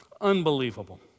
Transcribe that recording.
Unbelievable